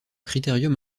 critérium